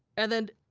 and then,